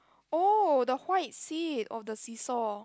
oh the white seat of the seesaw